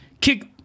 kick